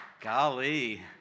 Golly